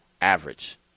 Average